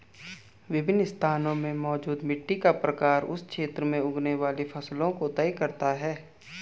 विभिन्न स्थानों में मौजूद मिट्टी का प्रकार उस क्षेत्र में उगने वाली फसलों को तय करता है